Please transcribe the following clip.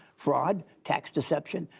fraud, tax deception,